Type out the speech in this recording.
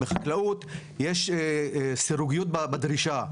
בחקלאות יש סירוגיות בדרישה.